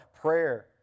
Prayer